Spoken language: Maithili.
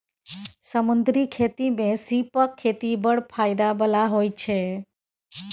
समुद्री खेती मे सीपक खेती बड़ फाएदा बला होइ छै